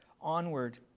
onward